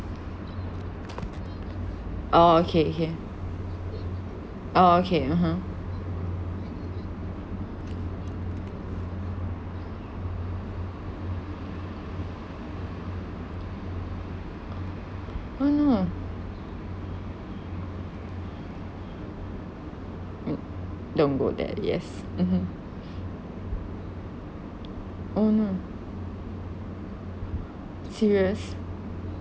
oh okay kay okay (uh huh) oh no mm don't go there already yes mmhmm oh no serious